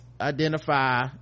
identify